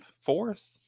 Fourth